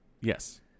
yes